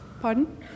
Pardon